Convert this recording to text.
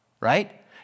right